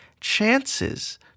chances